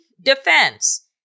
defense